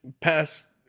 past